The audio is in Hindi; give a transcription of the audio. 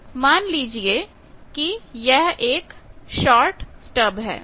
मतलब मान लीजिए कि यह एक शॉट स्टब है